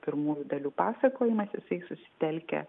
pirmųjų dalių pasakojimas jisai susitelkia